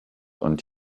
und